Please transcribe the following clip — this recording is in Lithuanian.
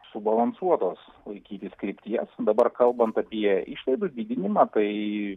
subalansuotos laikytis krypties dabar kalbant apie išlaidų didinimą kai